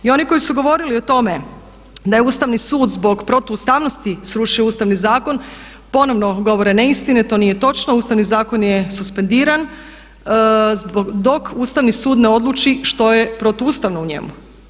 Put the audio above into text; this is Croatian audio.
I oni koji su govorili o tome da je Ustavni sud zbog protuustavnosti srušio ustavni zakon ponovno vam govore neistine, to nije točno, ustavni zakon je suspendiran dok Ustavni sud ne odluči što je protuustavno u njemu.